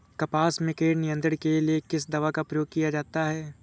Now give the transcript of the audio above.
कपास में कीट नियंत्रण के लिए किस दवा का प्रयोग किया जाता है?